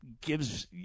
gives